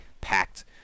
packed